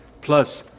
plus